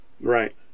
Right